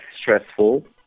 stressful